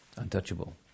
Untouchable